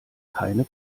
keine